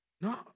No